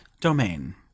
domain